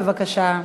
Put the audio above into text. בבקשה.